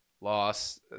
loss